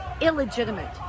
illegitimate